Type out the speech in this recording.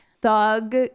thug